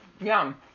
Yum